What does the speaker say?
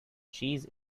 cheese